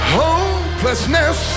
hopelessness